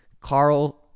Carl